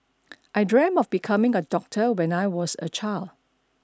I dreamt of becoming a doctor when I was a child